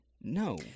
no